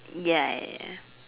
ya